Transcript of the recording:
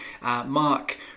Mark